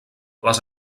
les